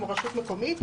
כמו רשות מקומית,